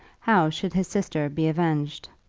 how should his sister be avenged?